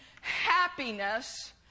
happiness